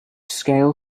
scale